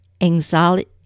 anxiety